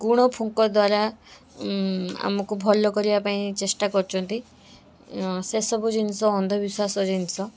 ଗୁଣ ଫୁଙ୍କା ଦ୍ୱାରା ଆମକୁ ଭଲ କରିବା ପାଇଁ ଚେଷ୍ଟା କରିଛନ୍ତି ସେ ସବୁ ଜିନିଷ ଅନ୍ଧବିଶ୍ୱାସ ଜିନିଷ